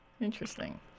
Interesting